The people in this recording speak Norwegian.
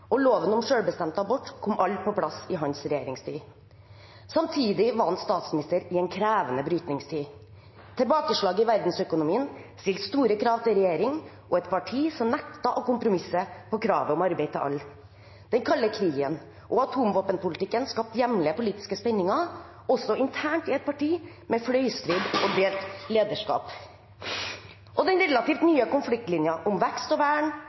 og loven om selvbestemt abort kom på plass i hans regjeringstid. Samtidig var han statsminister i en krevende brytningstid. Tilbakeslaget i verdensøkonomien stilte store krav til en regjering og et parti som nektet å kompromisse på kravet om arbeid til alle. Den kalde krigen og atomvåpenpolitikken skapte hjemlige politiske spenninger også internt i partiet, med fløystrid og delt lederskap. Den relativt nye konfliktlinjen om vekst og vern